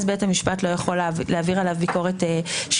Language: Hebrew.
אז בית המשפט לא יכול להעביר עליו ביקורת שיפוטית.